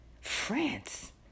France